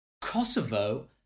Kosovo